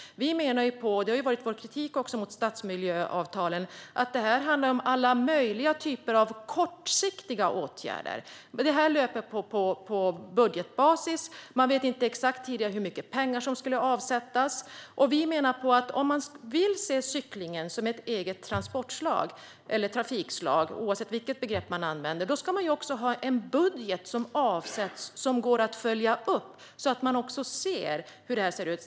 Vår kritik mot stadsmiljöavtalen har gällt att det handlar om alla möjliga kortsiktiga åtgärder och att det löper på budgetbasis. Och tidigare visste man inte exakt hur mycket pengar som skulle avsättas. Om man vill se cykel som ett eget transportslag eller trafikslag - oavsett vilket begrepp man använder - menar vi att det också ska avsättas en budget, som det går att följa upp så att det går att se hur det ser ut.